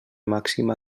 màxima